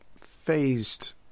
phased